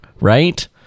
right